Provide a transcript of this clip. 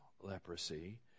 leprosy